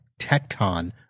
TechCon